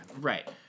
Right